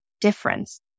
difference